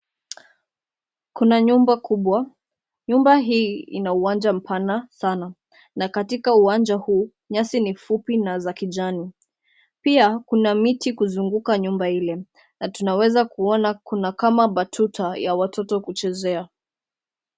Kuna nyumba kubwa, nyumba hii ina uwanja mpana sana, na katika uwanja huu, nyasi ni fupi na za kijani. Pia kuna miti kuzunguka nyumba ile na tunaweza kuona kuna kama batuta ya watoto kuchezea.